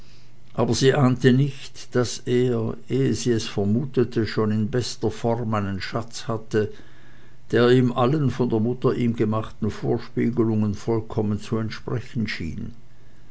aber sie ahnte nicht daß er ehe sie es vermutete schon in bester form einen schatz hatte der ihm allen von der mutter ihm gemachten vorspiegelungen vollkommen zu entsprechen schien